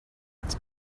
its